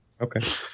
Okay